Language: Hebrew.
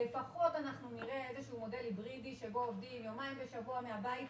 אנחנו נראה איזה שהוא מודל היברידי שבו עובדים יומיים בשבוע מהבית.